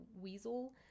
weasel